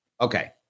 okay